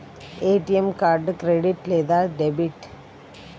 ATM card credit లేదా debit?